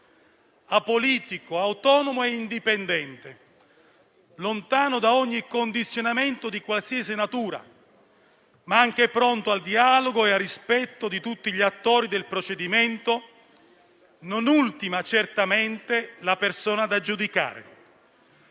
Apolitico, autonomo e indipendente, lontano da condizionamenti di qualsiasi natura, ma anche pronto al dialogo e al rispetto di tutti gli attori del procedimento, non ultima certamente la persona da giudicare.